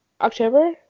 October